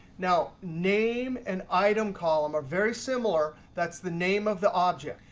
now, name and item column are very similar. that's the name of the object.